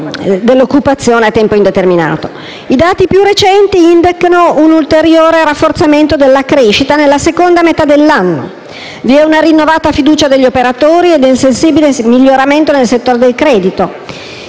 per l'assunzione a tempo determinato. I dati più recenti indicano un ulteriore rafforzamento della crescita nella seconda metà dell'anno. Vi sono una rinnovata fiducia degli operatori e un sensibile miglioramento nel settore del credito.